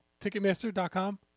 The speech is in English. Ticketmaster.com